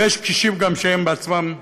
ויש גם קשישים שהם בעצמם נכים.